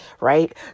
right